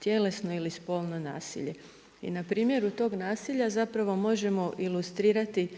tjelesno ili spolno nasilje. Na primjer, kod tog nasilja zapravo možemo ilustrirati